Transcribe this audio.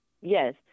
yes